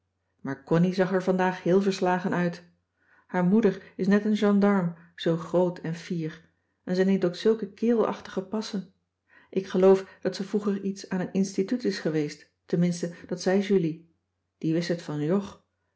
connie zag er vandaag heel verslagen uit haar moeder is net een gendarme zoo groot en fier en ze neemt ook zulke kerelachtige passen ik geloof dat ze vroeger iets aan een instituut is geweest tenminste dat zei julie die wist het van jog